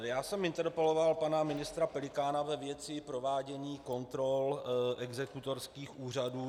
Já jsem interpeloval pana ministra Pelikána ve věci provádění kontrol exekutorských úřadů.